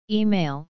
email